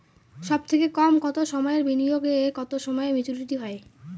সবথেকে কম কতো সময়ের বিনিয়োগে কতো সময়ে মেচুরিটি হয়?